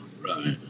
Right